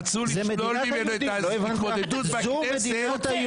רצו לשלול ממנו את ההתמודדות בכנסת,